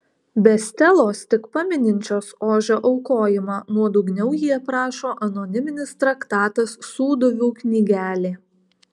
be stelos tik pamininčios ožio aukojimą nuodugniau jį aprašo anoniminis traktatas sūduvių knygelė